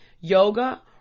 yoga